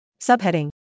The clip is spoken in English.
Subheading